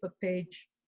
page